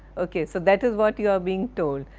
ok so that is what you are being told.